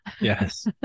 Yes